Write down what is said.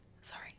Sorry